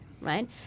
right